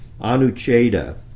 anucheda